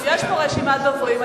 יש פה רשימת דוברים,